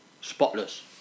spotless